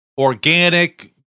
Organic